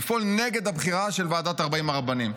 לפעול נגד הבחירה של ועדת 40 הרבנים.